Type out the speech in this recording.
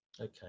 Okay